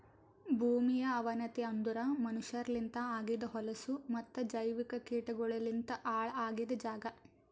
ಭೂಮಿಯ ಅವನತಿ ಅಂದುರ್ ಮನಷ್ಯರಲಿಂತ್ ಆಗಿದ್ ಹೊಲಸು ಮತ್ತ ಜೈವಿಕ ಕೀಟಗೊಳಲಿಂತ್ ಹಾಳ್ ಆಗಿದ್ ಜಾಗ್